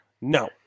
No